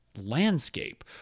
landscape